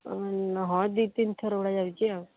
ହଁ ଦୁଇ ତିନି ଥର ଗୁଡ଼ା ଯାଇଛି ଆଉ